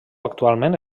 actualment